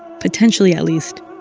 potentially at least,